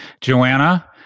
Joanna